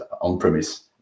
on-premise